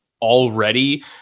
already